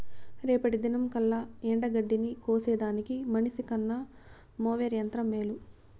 రేపటి దినంకల్లా ఎండగడ్డిని కోసేదానికి మనిసికన్న మోవెర్ యంత్రం మేలు